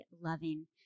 loving